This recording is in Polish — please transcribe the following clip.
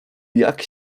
jak